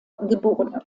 geb